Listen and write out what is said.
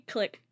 Click